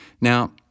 Now